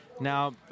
Now